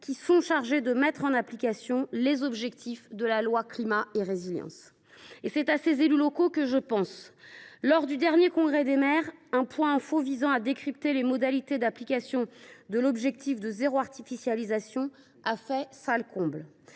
en effet chargés de mettre en application les objectifs de la loi Climat et résilience. C’est à ces élus locaux que je pense. Lors du dernier congrès des maires, un point d’information visant à décrypter les modalités d’application de l’objectif de « zéro artificialisation nette » a fait salle comble.